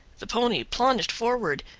the pony plunged forward,